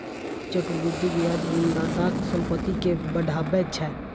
चक्रवृद्धि ब्याज ऋणदाताक संपत्ति कें बढ़ाबै छै